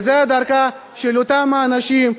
וזו דרכם של אותם האנשים,